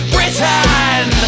Britain